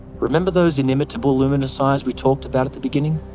remember those inimitable luminous eyes we talked about at the beginning?